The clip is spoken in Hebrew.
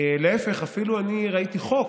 להפך, אני אפילו ראיתי חוק